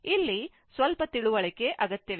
ಇಲ್ಲಿ ಸ್ವಲ್ಪ ತಿಳುವಳಿಕೆ ಅಗತ್ಯವಿದೆ